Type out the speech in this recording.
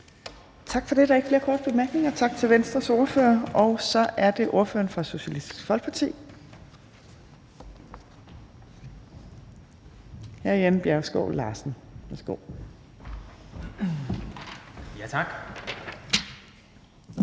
Tak for det. Der er ikke flere korte bemærkninger. Tak til Venstres ordfører. Og så er det ordføreren for Socialistisk Folkeparti, hr. Jan Bjergskov Larsen. Værsgo. Kl.